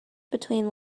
between